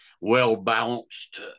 well-balanced